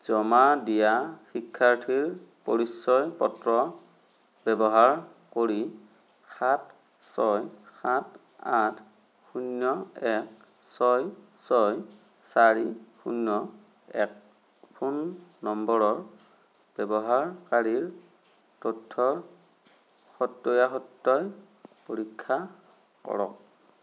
জমা দিয়া শিক্ষাৰ্থীৰ পৰিচয় পত্ৰ ব্যৱহাৰ কৰি সাত ছয় সাত আঠ শূন্য এক ছয় ছয় চাৰি শূন্য এক ফোন নম্বৰৰ ব্যৱহাৰকাৰীৰ তথ্যৰ সত্য়াসত্য় পৰীক্ষা কৰক